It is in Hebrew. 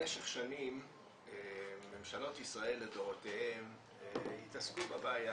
במשך שנים ממשלות ישראל לדורותיהן התעסקו בבעיה,